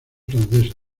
francesa